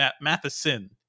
Matheson